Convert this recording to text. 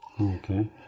Okay